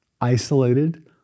isolated